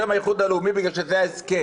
שהשם הוא האיחוד הלאומי בגלל שזה ההסכם,